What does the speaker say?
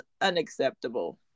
unacceptable